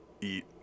eat